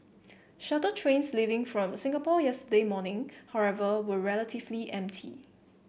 shuttle trains leaving from Singapore yesterday morning however were relatively empty